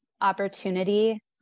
opportunity